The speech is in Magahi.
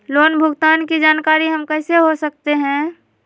लोन भुगतान की जानकारी हम कैसे हो सकते हैं?